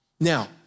Now